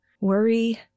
worry